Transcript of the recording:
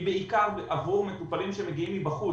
בעיקר עבור מטופלים שמגיעים מבחוץ.